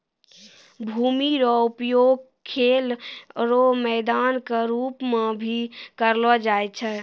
भूमि रो उपयोग खेल रो मैदान के रूप मे भी करलो जाय छै